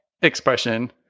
expression